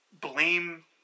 blame